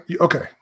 Okay